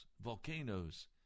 volcanoes